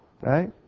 right